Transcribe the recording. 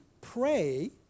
pray